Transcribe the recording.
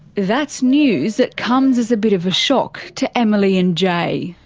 that's news that comes as a bit of a shock to emilie and jay.